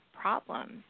problems